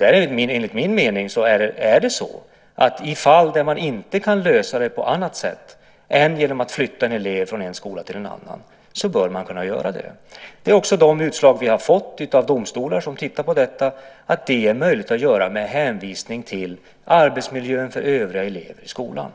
Enligt min mening är det så att i fall där man inte kan lösa det på annat sätt än genom att flytta en elev från en skola till en annan bör man kunna göra det. Från domstolar som tittar på detta har vi också fått utslaget att detta är möjligt att göra med hänvisning till arbetsmiljön för övriga elever i skolan.